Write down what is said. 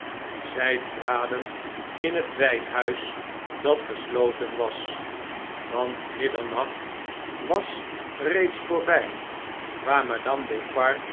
zfl traden in het wh'nhuis dat gesloten was want middernacht was reeds voorby waar madame